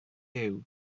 huw